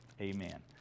amen